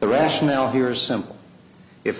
the rationale here is simple if